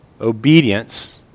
obedience